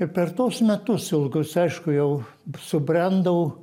ir per tuos metus ilgus aišku jau subrendau